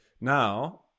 now